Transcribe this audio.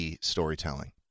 storytelling